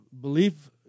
belief